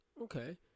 Okay